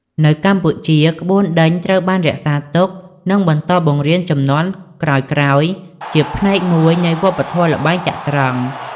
នៅកម្ពុជា ក្បួនដេញត្រូវបានរក្សាទុក និងបន្តបង្រៀនជំនាន់ក្រោយៗ ជាផ្នែកមួយនៃវប្បធម៌ល្បែងចត្រង្គ។